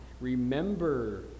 Remember